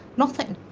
nothing.